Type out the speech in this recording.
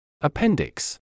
Appendix